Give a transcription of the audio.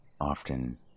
often